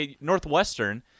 Northwestern